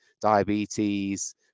diabetes